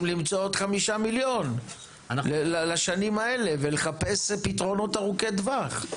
למצוא עוד 5 מיליון לשנים האלה ולחפש פתרונות ארוכי טווח.